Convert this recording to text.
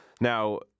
Now